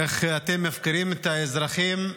איך אתם מפקירים את האזרחים.